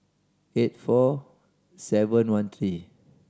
eight four seven one three